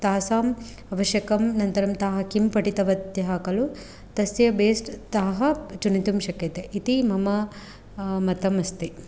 तासाम् अवश्यकम् अनन्तरं ताः किं पठितवत्यः खलु तस्य बेस्ड् ताः चिनोतुं शक्यते इति मम मतम् अस्ति